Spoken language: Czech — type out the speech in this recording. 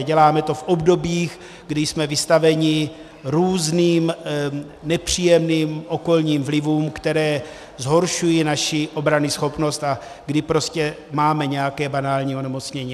Děláme to v obdobích, kdy jsme vystaveni různým nepříjemným okolním vlivům, které zhoršují naši obranyschopnost, a kdy prostě máme nějaké banální onemocnění.